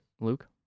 Luke